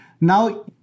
now